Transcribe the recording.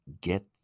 get